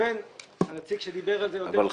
לבין הנציג שדיבר על זה --- אבל, חגי,